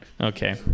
okay